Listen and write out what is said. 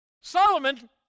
Solomon